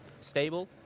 stable